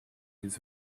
with